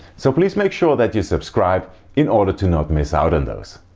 so please make sure that you subscribe in order to not miss out on those.